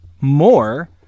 more